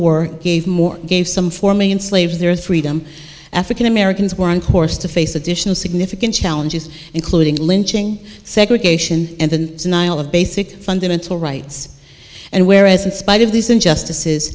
war gave more gave some four million slaves their three them african americans were on course to face additional significant challenges including lynching segregation and the nihil of basic fundamental rights and whereas in spite of these injustices